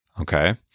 Okay